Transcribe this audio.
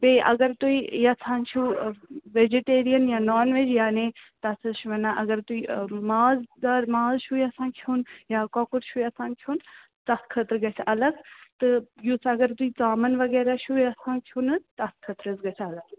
بیٚیہِ اگر تُہۍ یژھان چھُو ویجِٹیرین یا نان ویج یعنے تتھ حَظ چھِ ونان اَگر تُہۍ ماز دار ماز چھِو یژھان کھیوٚن یا کۄکُر چھُو یژھان کھیوٚن تتھ خٲطرٕ گژھِ الگ تہٕ یِژھ اگر تُہۍ ژامن وغیرہ چھُو یژھان کھیوٚن حَظ تتھ خٲطرٕ حَظ گژھِ الگ